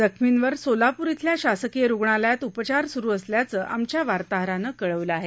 जखमींवर सोलापूर येथील शासकीय रूग्णालयात उपचार सुरू असल्याचं आमच्या वार्ताहरानं कळवलं आहे